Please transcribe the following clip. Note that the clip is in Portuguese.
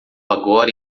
agora